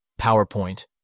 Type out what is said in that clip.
PowerPoint